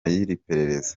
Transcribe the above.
y’iperereza